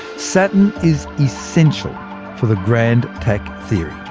saturn is essential for the grand tack theory.